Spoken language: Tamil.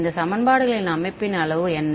இந்த சமன்பாடுகளின் அமைப்பின் அளவு என்ன